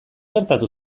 gertatu